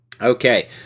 Okay